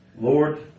Lord